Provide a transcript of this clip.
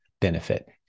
benefit